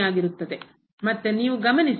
ಮತ್ತೆ ನೀವು ಗಮನಿಸಿ ಈ